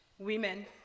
Women